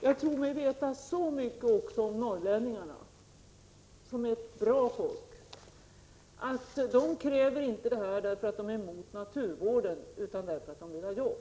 Jag tror mig veta så mycket om norrlänningarna — som är bra — att de inte ställer dessa krav för att de är emot naturvård utan för att de vill ha jobb.